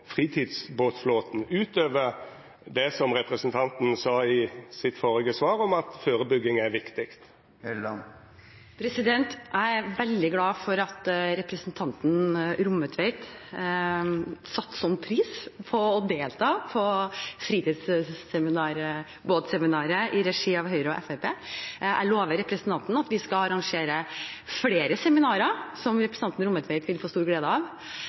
fritidsbåtflåten, utover det som representanten sa i sitt førre svar, om at førebygging er viktig? Jeg er veldig glad for at representanten Rommetveit satte slik pris på å delta på fritidsbåtseminaret i regi av Høyre og Fremskrittspartiet. Jeg lover representanten Rommetveit at vi skal arrangere flere seminarer som han vil få stor glede av.